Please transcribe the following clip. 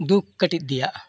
ᱫᱩᱠᱷ ᱠᱟᱹᱴᱤᱡ ᱫᱮᱭᱟᱜᱼᱟ